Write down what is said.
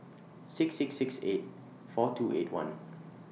six six six eight four two eight one